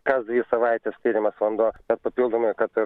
kas dvi savaites tiriamas vanduo o papildomai kad